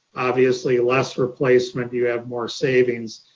obviously less replacement, you have more savings.